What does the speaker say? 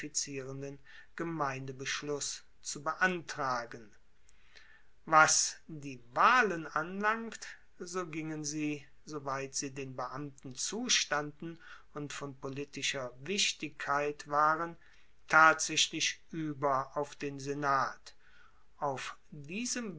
gemeindebeschluss zu beantragen was die wahlen anlangt so gingen sie soweit sie den beamten zustanden und von politischer wichtigkeit waren tatsaechlich ueber auf den senat auf diesem